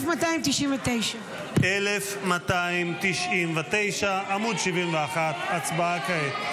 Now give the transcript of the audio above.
1299. 1299, עמוד 71. הצבעה כעת.